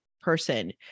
person